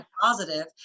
positive